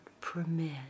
permit